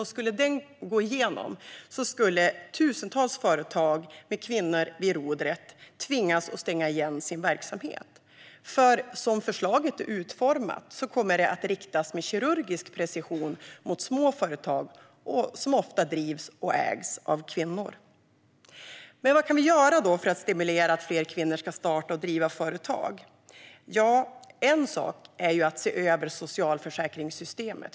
Om förslaget i denna utredning skulle gå igenom skulle tusentals företag med kvinnor vid rodret tvingas att stänga igen sin verksamhet. Som förslaget är utformat kommer det att med kirurgisk precision riktas mot små företag, som ofta drivs och ägs av kvinnor. Vad kan vi då göra för att stimulera fler kvinnor till att starta och driva företag? En sak är att se över socialförsäkringssystemet.